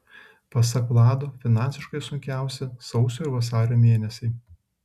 pasak vlado finansiškai sunkiausi sausio ir vasario mėnesiai